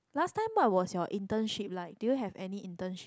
last time what was you internship like do you have any internship